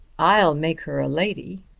i'll make her a lady.